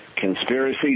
Conspiracy